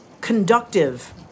conductive